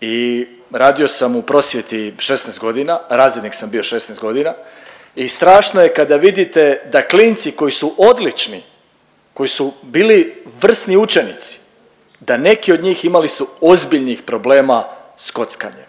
i radio sam u prosvjeti 16 godina, razrednik sam bio 16 godina i strašno je kada vidite da klinci koji su odlični, koji su bili vrsni učenici da neki od njih imali su ozbiljnih problema s kockanjem.